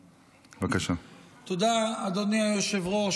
תודה, אדוני היושב-ראש.